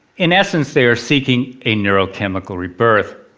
in essence, they are seeking a neurochemical rebirth.